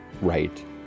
Right